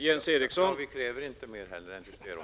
Herr talman! Vi kräver inte heller mer än så.